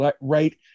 right